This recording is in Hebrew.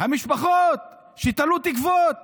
המשפחות שתלו תקוות